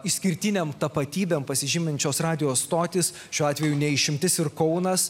išskirtinėm tapatybėm pasižyminčios radijo stotis šiuo atveju ne išimtis ir kaunas